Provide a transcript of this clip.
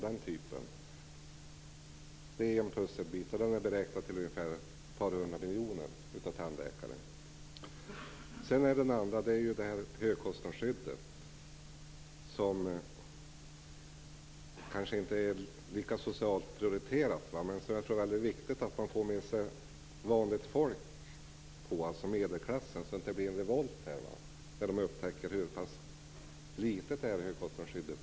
Det är en pusselbit som av tandläkare är beräknad till ett par hundra miljoner kronor. Den andra pusselbiten gäller högkostnadsskyddet som socialt kanske inte är lika högt prioriterat. Men jag tror att det är väldigt viktigt att man får med sig vanliga människor, medelklassen, så att det inte blir en revolt, när de upptäcker hur pass litet detta högkostnadsskydd är.